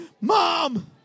Mom